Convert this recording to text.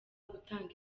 gutanga